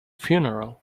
funeral